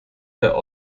der